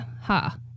Ha